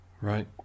Right